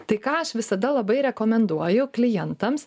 tai ką aš visada labai rekomenduoju klientams